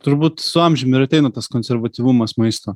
turbūt su amžium ir ateina tas konservatyvumas maisto